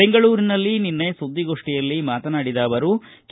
ಬೆಂಗಳೂರಿನಲ್ಲಿ ನಿನ್ನೆ ಸುದ್ದಿಗೋಷ್ಠಿಯಲ್ಲಿ ಮಾತನಾಡಿದ ಅವರು ಕೆ